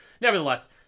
Nevertheless